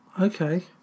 Okay